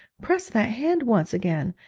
press that hand once again!